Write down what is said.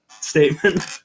statement